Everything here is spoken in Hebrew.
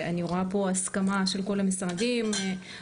אני רואה פה הסכמה של כול המשרדים וזה